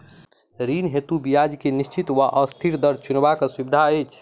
ऋण हेतु ब्याज केँ निश्चित वा अस्थिर दर चुनबाक सुविधा अछि